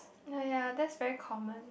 oh ya that's very common